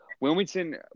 Wilmington